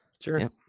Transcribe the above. Sure